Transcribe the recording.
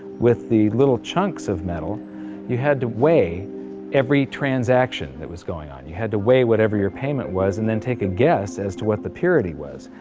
with the little chunks of metal you had to weigh every transaction that was going on and you had to weigh whatever your payment was and then take a guess as to what the purity was.